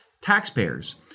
taxpayers